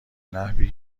نحوی